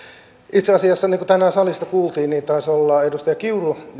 itse asiassa niin kuin tänään salista kuultiin taisi olla edustaja kiuru